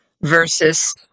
versus